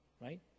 right